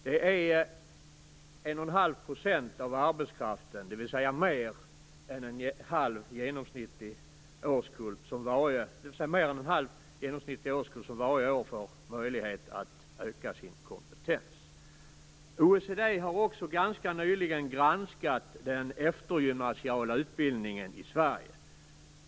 Det är 1,5 % av arbetskraften, dvs mer än en halv genomsnittlig årskull som varje år får möjlighet att öka sin kompetens. OECD har också ganska nyligen granskat den eftergymnasiala utbildningen i Sverige.